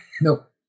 nope